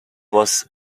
was